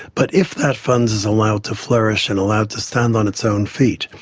but if that fund is allowed to flourish and allowed to stand on its own feet,